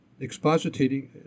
expositing